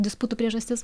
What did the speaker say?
disputų priežastis